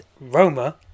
Roma